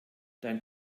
dein